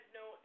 no